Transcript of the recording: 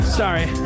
sorry